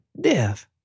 Death